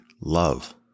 love